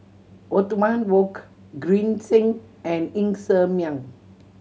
Othman Wok Green Zeng and Ng Ser Miang